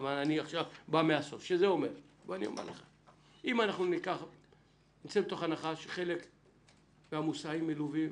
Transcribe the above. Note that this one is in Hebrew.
אני עכשיו מתחיל מהסוף אם נצא מנקודת הנחה שחלק מהמוסעים מלווים